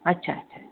अच्छा अच्छा